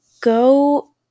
go